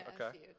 okay